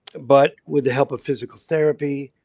but with the help of physical therapy,